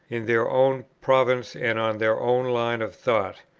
in their own province and on their own line of thought,